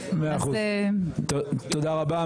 תודה רבה.